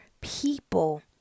people